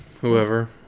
whoever